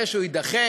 הוא יידחה